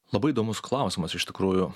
labai įdomus klausimas iš tikrųjų